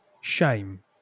shame